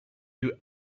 you